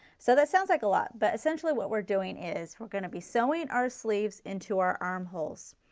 so that sounds like a lot, but essentially what we are doing is we are going to be sewing our sleeves into our armholes.